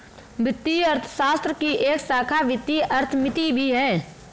वित्तीय अर्थशास्त्र की एक शाखा वित्तीय अर्थमिति भी है